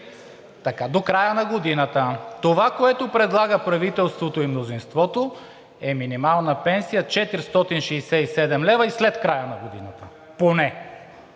до края на годината. Това, което предлага правителството и мнозинството, е минимална пенсия да е 467 лв. и след края на годината поне.